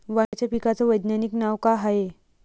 वांग्याच्या पिकाचं वैज्ञानिक नाव का हाये?